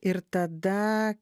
ir tada